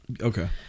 Okay